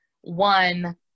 one